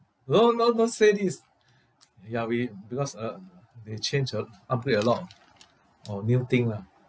no no don't say this ya we because uh they changed uh upgrade a lot of of new thing lah